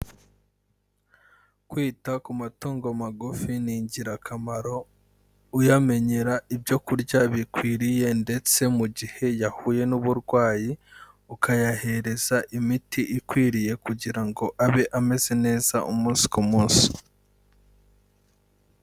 Kwita ku matungo magufi ni ingirakamaro, uyamenyera ibyo kurya bikwiriye ndetse mu gihe yahuye n'uburwayi ukayahereza imiti ikwiriye kugira ngo abe ameze neza umunsi ku munsi.